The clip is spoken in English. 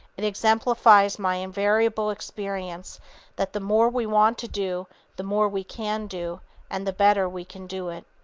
it exemplifies my invariable experience that the more we want to do the more we can do and the better we can do it.